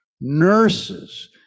nurses